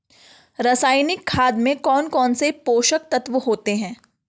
रासायनिक खाद में कौन कौन से पोषक तत्व होते हैं?